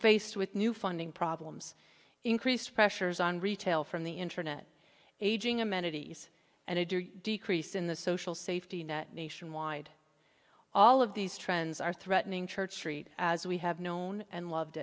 faced with new funding problems increased pressures on retail from the internet aging amenities and decrease in the social safety net nationwide all of these trends are threatening church street as we have known and loved